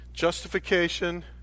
Justification